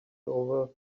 over